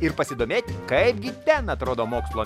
ir pasidomėti kaipgi ten atrodo mokslo